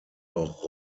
auch